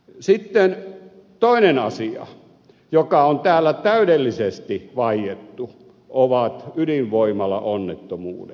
sitten toinen asia joka on täällä täydellisesti vaiettu on ydinvoimalaonnettomuudet